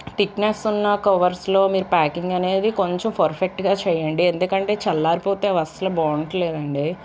thickness ఉన్న కవర్స్లో మీరు ప్యాకింగ్ అనేది కొంచెం పర్ఫెక్ట్గా చెయ్యండి ఎందుకంటే చల్లారిపోతే అవస్సలు బాగుంటలేదండి